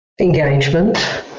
Engagement